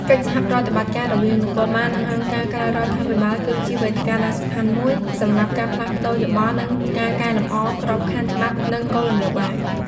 កិច្ចសហប្រតិបត្តិការរវាងនគរបាល និងអង្គការក្រៅរដ្ឋាភិបាល គឺជាវេទិកាដ៏សំខាន់មួយសម្រាប់ការផ្លាស់ប្ដូរយោបល់ និងការកែលម្អក្របខណ្ឌច្បាប់ និងគោលនយោបាយ។